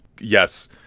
Yes